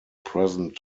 present